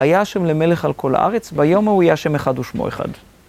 „וְהָיָה יְהוָה לְמֶלֶךְ עַל כָּל הָאָרֶץ בַּיּוֹם הַהוּא יִהְיֶה יְהוָה אֶחָד וּשְׁמוֹ אֶחָד.”